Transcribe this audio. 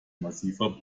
massiver